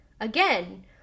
again